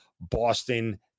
Boston